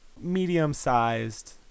medium-sized